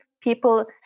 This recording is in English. people